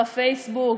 בפייסבוק,